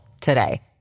today